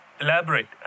elaborate